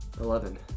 eleven